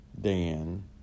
Dan